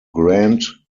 grande